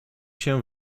się